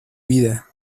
vida